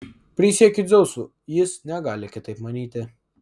prisiekiu dzeusu jis negali kitaip manyti